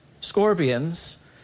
scorpions